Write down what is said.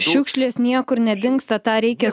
šiukšlės niekur nedingsta tą reikia s